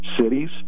cities